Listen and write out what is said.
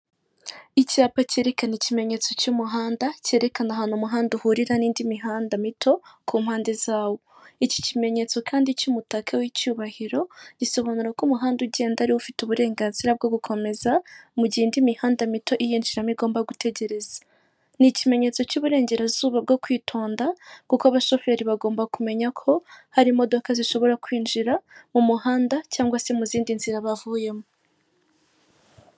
Icyapa cyerekana ikimenyetso cy'umuhanda cyerekana ahantu umuhanda uhurira n'indi mihanda mito ku mpande zawo. Iki kimenyetso kandi cy'umutake w'icyubahiro gisobanura ko umuhanda ugenda ariwo ufite uburenganzira bwo gukomeza, mu gihe indi mihanda mito iyinjiramo igomba gutegereza. Ni ikimenyetso cy'uburengerazuba bwo kwitonda kuko abashoferi bagomba kumenya ko hari imodoka zishobora kwinjira mu muhanda cyangwa se mu zindi nzira bavuyemo,